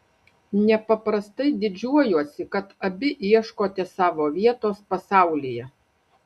nepaprastai didžiuojuosi kad abi ieškote savo vietos pasaulyje